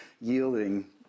yielding